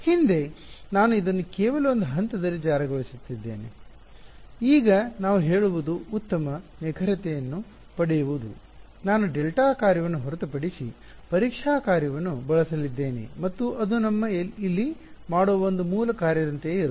ಹಿಂದೆ ನಾವು ಇದನ್ನು ಕೇವಲ ಒಂದು ಹಂತದಲ್ಲಿ ಜಾರಿಗೊಳಿಸುತ್ತಿದ್ದೇವೆ ಈಗ ನಾವು ಹೇಳುವುದು ಉತ್ತಮ ನಿಖರತೆಯನ್ನು ಪಡೆಯುವುದು ನಾನು ಡೆಲ್ಟಾ ಕಾರ್ಯವನ್ನು ಹೊರತುಪಡಿಸಿ ಪರೀಕ್ಷಾ ಕಾರ್ಯವನ್ನು ಬಳಸಲಿದ್ದೇನೆ ಮತ್ತು ಅದು ನಾವು ಇಲ್ಲಿ ಮಾಡುವ ಒಂದು ಮೂಲ ಕಾರ್ಯದಂತೆಯೇ ಇರುತ್ತದೆ